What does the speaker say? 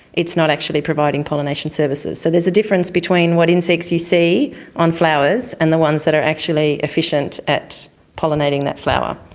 it's not actually providing pollination services. so there's a difference between what insects you see on flowers and the ones that are actually efficient at pollinating that flower.